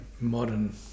modern